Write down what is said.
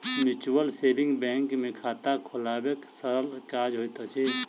mutual saving bank मे खाता खोलायब सरल काज होइत अछि